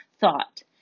thought